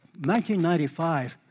1995